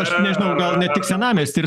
aš nežinau gal ne tik senamiesty ir